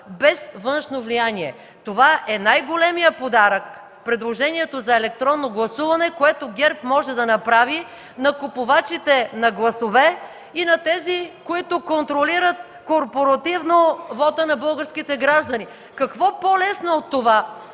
без външно влияние! Това е най-големият подарък – предложението за електронно гласуване, което ГЕРБ може да направи на купувачите на гласове и на тези, които контролират корпоративно вота на българските граждани! Какво по-лесно от това